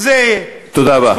תודה רבה.